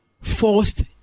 forced